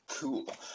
Cool